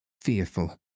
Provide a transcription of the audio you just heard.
fearful